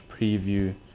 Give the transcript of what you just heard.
preview